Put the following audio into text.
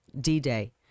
D-Day